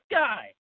guy